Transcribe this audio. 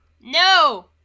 No